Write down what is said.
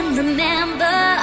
remember